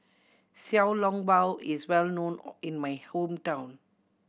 Xiao Long Bao is well known in my hometown